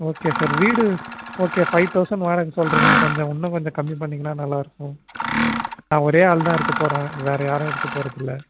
okay sir வீடு okay five thousand வாடகை சொல்கிறீங்க கொஞ்சம் இன்னும் கொஞ்சம் கம்மி பண்ணீங்கன்னா நல்லா இருக்கும் நான் ஒரே ஆள்தான் இருக்கப் போகிறேன் வேற யாரும் இருக்கப் போறதில்லை